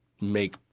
make